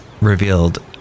Revealed